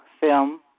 film